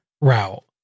route